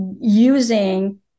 using